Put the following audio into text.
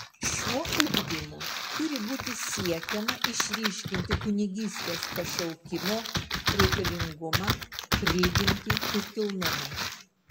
šiuo ugdymu turi būti siekiama išryškinti kunigystės pašaukimo reikalingumą prigimtį ir kilnumą